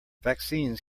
vaccines